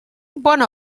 bona